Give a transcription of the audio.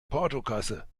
portokasse